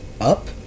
Up